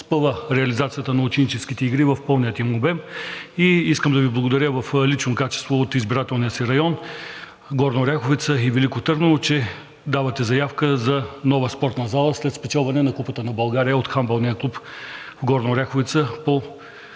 спъва реализацията на ученическите игри в пълния им обем. И искам да Ви благодаря в лично качество от избирателния си район – Горна Оряховица и Велико Търново, че давате заявка за нова спортна зала след спечелване на купата на България от Хандбалния клуб – Горна Оряховица